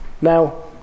Now